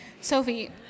Sophie